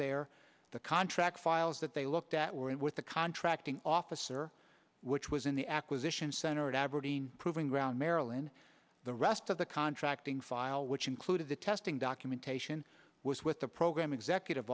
there the contract files that they looked at were in with the contracting officer which was in the acquisition center at aberdeen proving ground maryland the rest of the contracting file which included the testing documentation was with the program executive